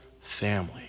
family